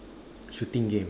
shooting game